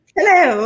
Hello